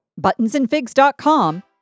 buttonsandfigs.com